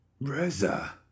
Reza